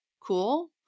cool